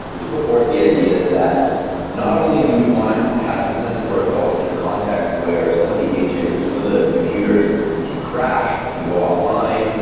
which put forth the idea that not only do we want to have consensus protocols in a context where some of the agents or some of the computers can crash, can go off-line,